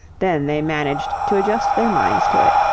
then they managed to adjust their minds to it.